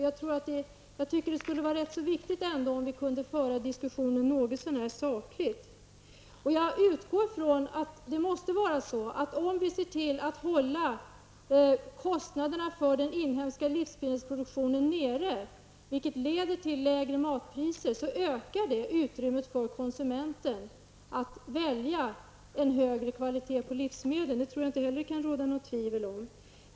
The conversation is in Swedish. Jag tycker att det är rätt viktigt att vi kan föra diskussionen något så när sakligt. Jag utgår från att om vi ser till att hålla kostnaderna för den inhemska livsmedelsproduktionen nere, vilket leder till lägre matpriser, måste det öka utrymmet för konsumenterna att välja en högre kvalitet på livsmedel. Det tror jag inte heller att det kan råda något tvivel om.